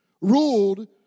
ruled